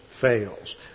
fails